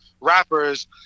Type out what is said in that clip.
rappers